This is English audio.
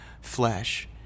flesh